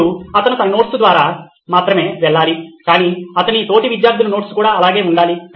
ఇప్పుడు అతను తన నోట్స్ ద్వారా మాత్రమే వెళ్ళాలి కానీ అతని తోటి విద్యార్ధులు నోట్స్ కూడా అలాగే ఉండాలి